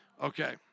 Okay